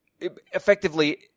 effectively